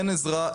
אין עזרה,